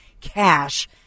cash